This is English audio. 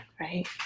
right